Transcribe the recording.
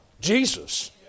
Jesus